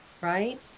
right